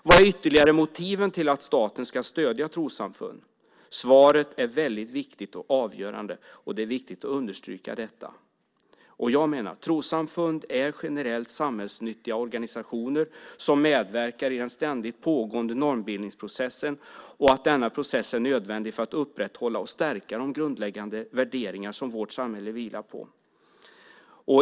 Vad är ytterligare motiven till att staten ska stödja trossamfund? Svaret är väldigt viktigt och avgörande, och det är viktigt att understryka detta. Jag menar att trossamfund är generellt samhällsnyttiga organisationer som medverkar i den ständigt pågående normbildningsprocessen och att denna process är nödvändig för att upprätthålla och stärka de grundläggande värderingar som vårt samhälle vilar på.